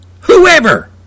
whoever